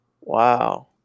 Wow